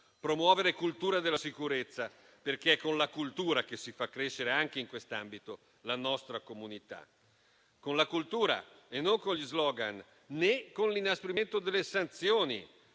promuovere la cultura della sicurezza. È infatti con la cultura che si fa crescere anche in quest'ambito la nostra comunità; con la cultura e non con gli slogan, né con l'inasprimento delle sanzioni.